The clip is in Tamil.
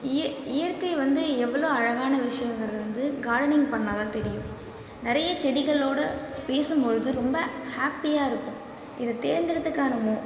இய இயற்கை வந்து எவ்வளோ அழகான விஷயங்கிறது வந்து கார்டனிங் பண்ணால் தான் தெரியும் நிறைய செடிகளோடு பேசும் பொழுது ரொம்ப ஹாப்பியாக இருக்கும் இதைத் தேர்ந்தெடுத்தக்கான மொ